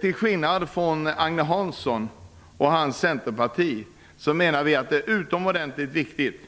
Till skillnad från Agne Hansson och hans centerparti menar vi att det är utomordentligt viktigt